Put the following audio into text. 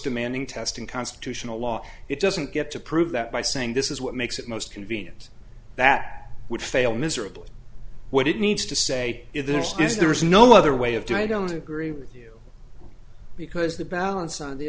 demanding test in constitutional law it doesn't get to prove that by saying this is what makes it most convenient that would fail miserably what it needs to say is this is there is no other way of doing i don't agree with you because the balance on the